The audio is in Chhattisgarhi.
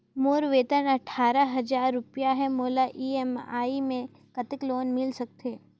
मोर वेतन अट्ठारह हजार रुपिया हे मोला ई.एम.आई मे कतेक लोन मिल सकथे?